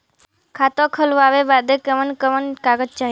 खाता खोलवावे बादे कवन कवन कागज चाही?